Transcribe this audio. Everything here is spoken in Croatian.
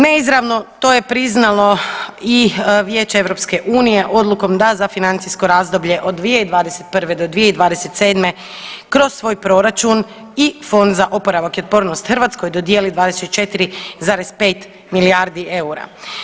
Neizravno to je priznalo i Vijeće EU odlukom da za financijsko razdoblje od 2021.-2027. kroz svoj proračun i Fond za oporavak i otpornost Hrvatskoj dodijeli 24,5 milijardi eura.